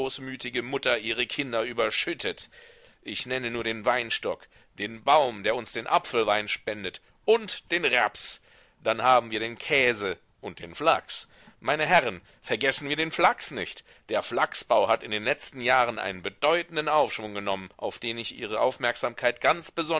mutter ihre kinder überschüttet ich nenne nur den weinstock den baum der uns den apfelwein spendet und den raps dann haben wir den käse und den flachs meine herren vergessen wir den flachs nicht der flachsbau hat in den letzten jahren einen bedeutenden aufschwung genommen auf den ich ihre aufmerksamkeit ganz